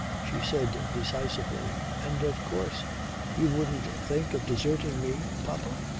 she said decisively and of course you wouldn't think of deserting me, papa?